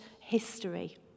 history